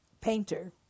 painter